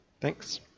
Thanks